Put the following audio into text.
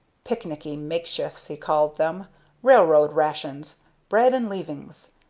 picnicky makeshifts he called them railroad rations bread and leavings,